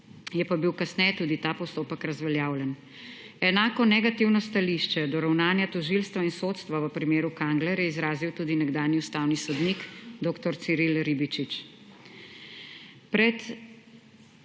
Je pa bil kasneje tudi ta postopek razveljavljen. Enako negativno stališče do ravnanja tožilstva in sodstva v primeru Kangler je izrazil tudi nekdanji ustavni sodnik dr. Ciril Ribičič. Pred